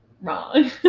Wrong